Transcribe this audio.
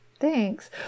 Thanks